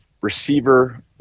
receiver